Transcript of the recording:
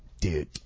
dude